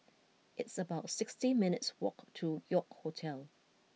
it's about sixty minutes' walk to York Hotel